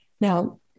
Now